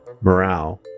morale